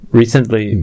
recently